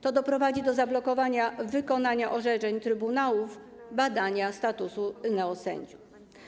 To doprowadzi do zablokowania wykonania orzeczeń trybunałów i badania statusu neosędziów.